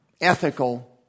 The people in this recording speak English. ethical